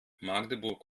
magdeburg